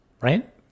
right